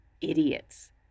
idiots